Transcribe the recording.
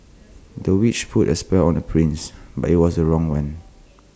the witch put A spell on the prince but IT was the wrong one